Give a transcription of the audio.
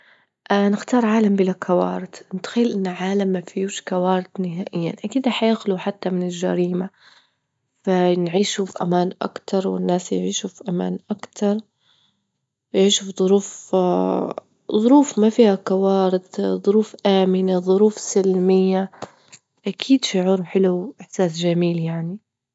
نختار عالم بلا كوارت، متخيل إن عالم ما فيهوش كوارث نهائيا أكيد حيخلوا حتى من الجريمة، فنعيشوا في أمان أكتر، والناس يعيشوا في أمان أكتر، ويعيشوا في ظروف ظروف ما فيها كوارث، ظروف آمنة، ظروف سلمية، أكيد شعور حلو وإحساس جميل يعني.